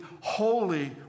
holy